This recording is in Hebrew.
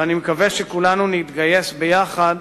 ואני מקווה שכולנו נתגייס ביחד,